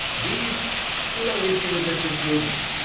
these sulawesi resistance movements,